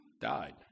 died